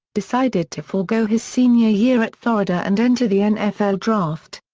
decided to forgo his senior year at florida and enter the nfl draft.